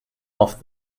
off